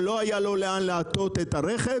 שלא היה לו לאן להטות את הרכב,